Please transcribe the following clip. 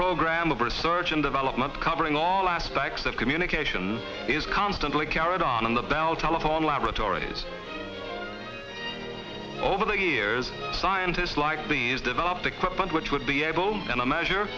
program of research and development covering all aspects of communication is constantly carried on the bell telephone laboratories over the years scientists like these developed equipment which would be able in a measure